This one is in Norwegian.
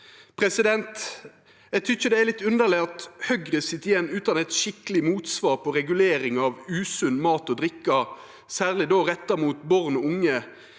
effekt. Eg tykkjer det er litt underleg at Høgre sit igjen utan eit skikkeleg motsvar på regulering av usunn mat og drikke, særleg då retta mot born og unge,